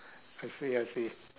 I see I see